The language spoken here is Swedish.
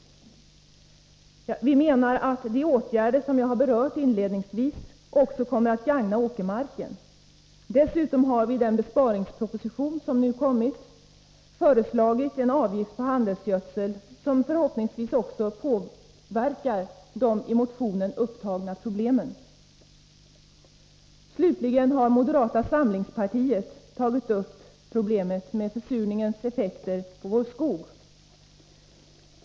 Vi menar att de åtgärder som jag inledningsvis har berört också kommer att gagna åkermarken. Dessutom har vi i den besparingsproposition som nu kommit föreslagit en avgift på handelsgödsel som förhoppningsvis påverkar också de i motionen upptagna problemen. Slutligen har moderata samlingspartiet tagit upp problemet med försurningens effekter på vår skog.